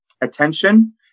attention